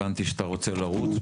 הבנתי שאתה צריך לצאת,